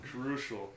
Crucial